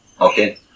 okay